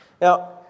Now